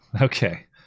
Okay